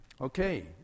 Okay